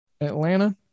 Atlanta